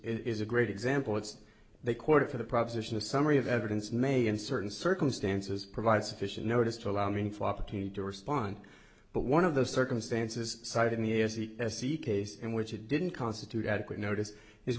is a great example it's they court for the proposition a summary of evidence may in certain circumstances provide sufficient notice to allow meaningful opportunity to respond but one of those circumstances cited me as a se case in which it didn't constitute adequate notice is